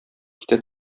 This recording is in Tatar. китә